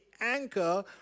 anchor